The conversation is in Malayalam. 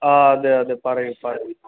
ആ അതെ അതെ പറയൂ പറയൂ